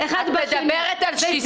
את מדברת על שיסוי?